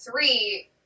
three